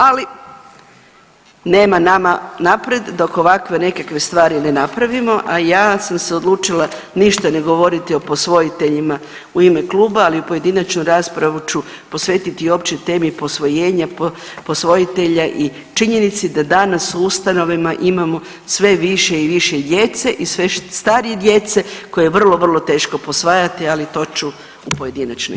Ali, nema nama naprijed dok ovakve nekakve stvari ne napravimo, a ja sam se odlučila ništa ne govoriti o posvojiteljima u ime kluba, ali u pojedinačnu raspravu ću posvetiti i općoj temi posvojenja, posvojitelja i činjenici da u ustanovama imamo sve više i više djece i sve starije djece koja je vrlo, vrlo teško posvajati, ali to ću u pojedinačnoj.